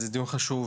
זה דיון חשוב,